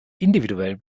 individuellen